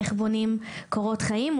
איך בונים קורות חיים,